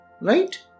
Right